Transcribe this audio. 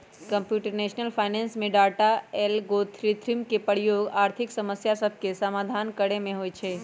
computational finance में data, algorithm के प्रयोग आर्थिक समस्या सभके समाधान करे में होइ छै